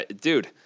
dude